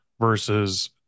versus